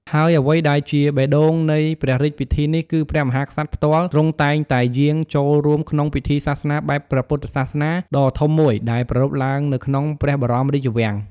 ហើយអ្វីដែលជាបេះដូងនៃព្រះរាជពិធីនេះគឺ ព្រះមហាក្សត្រផ្ទាល់ ទ្រង់តែងតែយាងចូលរួមក្នុងពិធីសាសនាបែបព្រះពុទ្ធសាសនាដ៏ធំមួយដែលប្រារព្ធឡើងនៅក្នុងព្រះបរមរាជវាំង។